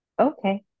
Okay